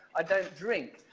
ah don't drink.